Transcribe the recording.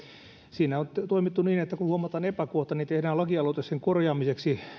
siinä on toimittu niin että kun huomataan epäkohta niin tehdään lakialoite sen korjaamiseksi